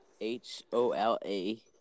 h-o-l-a